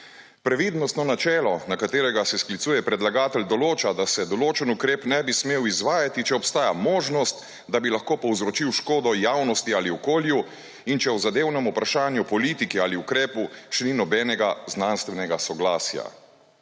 Previdnostno načelo, na katerega se sklicuje predlagatelj, določa, da se določen ukrep ne bi smel izvajati, če obstaja možnost, da bi lahko povzročil škodo javnosti ali okolju in če o zadevnem vprašanju, politiki ali ukrepu, še ni nobenega znanstvenega soglasja.